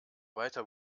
weiter